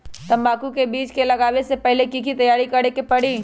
तंबाकू के बीज के लगाबे से पहिले के की तैयारी करे के परी?